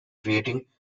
creating